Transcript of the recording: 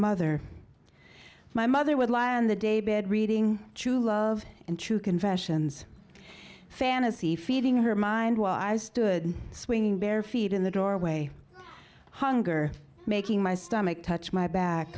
mother my mother would lie on the day bed reading true love and true confessions fantasy feeding her mind while i stood swinging bare feet in the doorway hunger making my stomach touch my back